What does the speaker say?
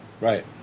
Right